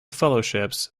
fellowships